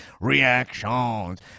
reactions